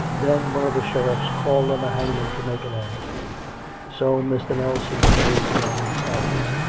then one of the sheriffs called on the hangman to make an end so mr. nelson prayed again in silence,